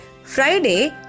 Friday